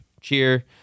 cheer